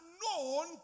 known